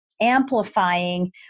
amplifying